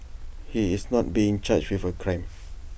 he is not being charged with A crime